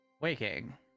Waking